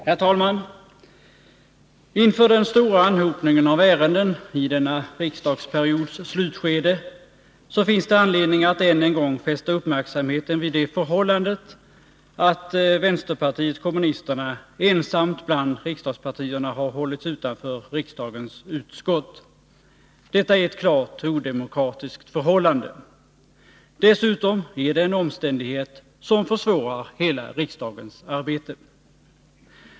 Herr talman! Inför den stora anhopningen av ärenden i denna riksdagsperiods slutskede finns det anledning att än en gång fästa uppmärksamheten vid det förhållandet att vänsterpartiet kommunisterna ensamt bland riksdagspartierna har hållits utanför riksdagens utskott. Detta är ett klart odemokratiskt förhållande. Dessutom är det en omständighet som försvårar hela riksdagens arbete.